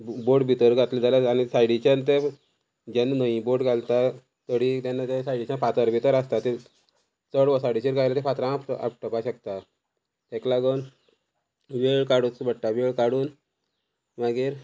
बोट भितर घातली जाल्यार आनी सायडीच्यान ते जेन्ना न्हंये बोट घालता तडी तेन्ना ते सायडीच्यान फातर भितर आसता ते चड वोसाडीचेर घायले फातरां आप आपटोपा शकता तेका लागोन वेळ काडूच पडटा वेळ काडून मागीर